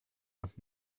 und